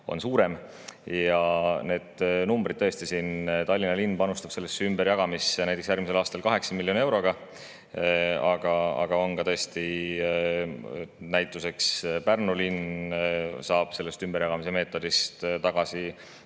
on suurem. Nüüd need numbrid. Tõesti, Tallinna linn panustab sellesse ümberjagamisse järgmisel aastal 8 miljoni euroga, aga näituseks Pärnu linn saab sellest ümberjagamise meetodist tagasi